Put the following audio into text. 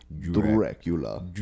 dracula